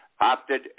opted